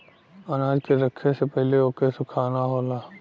अनाज के रखे से पहिले ओके सुखाना होला